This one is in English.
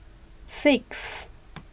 six